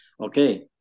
Okay